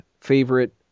favorite